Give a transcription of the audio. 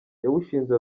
yawushinze